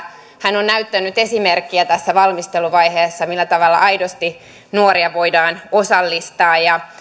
hän on näyttänyt esimerkkiä tässä valmisteluvaiheessa siitä millä tavalla aidosti nuoria voidaan osallistaa